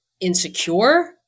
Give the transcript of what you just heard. insecure